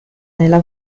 nella